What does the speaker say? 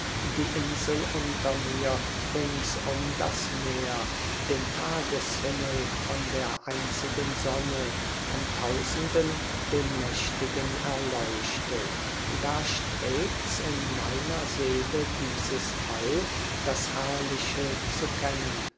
die insel unter mir ringsum das meer den tageshimmel von der einzigen sonne von tausenden den nächtigen erleuchtet da strebt's in meiner seele dieses all das herrliche zu kennen